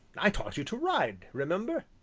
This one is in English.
i taught you to ride, remember.